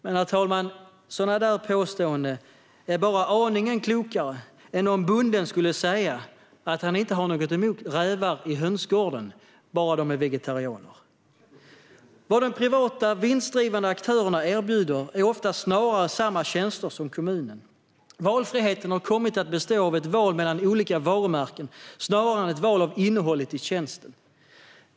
Men sådana påståenden, herr talman, är bara aningen klokare än om bonden skulle säga att han inte har något emot rävar i hönsgården - bara de är vegetarianer. Vad de privata, vinstdrivande aktörerna erbjuder är snarare ofta samma tjänster som kommunen. Valfriheten har kommit att bestå av ett val mellan olika varumärken snarare än ett val av innehåll i tjänsten.